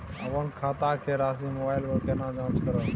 अपन खाता संख्या के राशि मोबाइल पर केना जाँच करब?